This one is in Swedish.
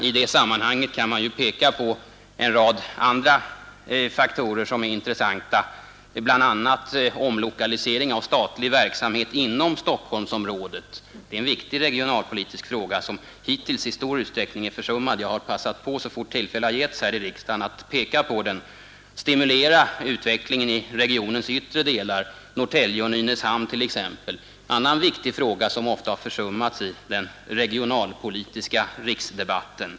I det sammanhanget kan man peka på en rad andra faktorer som är intressanta, bl.a. omlokaliseringen av statlig verksamhet inom Stockholmsområdet. Det är en viktig regionalpolitisk fråga, som hittills i stor 21 utsträckning är försummad. Jag har så fort tillfälle har givits här i riksdagen passat på att peka på den. Att stimulera utvecklingen i regionens yttre delar, t.ex. Norrtälje och Nynäshamn, är en annan viktig fråga, som också ofta har försummats i den regionalpolitiska riksdebatten.